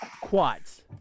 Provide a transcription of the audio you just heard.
quads